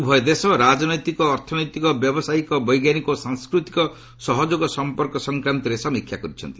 ଉଭୟ ଦେଶ ରାଜନୈତିକ ଅର୍ଥନୈତିକ ବ୍ୟବସାୟିକ ବୈଜ୍ଞାନିକ ଓ ସାଂସ୍କୃତିକ ସହଯୋଗ ସମ୍ପର୍କ ସଂକ୍ରାନ୍ତରେ ସମୀକ୍ଷା କରିଛନ୍ତି